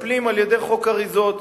מטפלים על-ידי חוק אריזות,